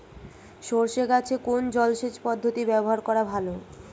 সরষে গাছে কোন জলসেচ পদ্ধতি ব্যবহার করা ভালো?